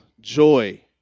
joy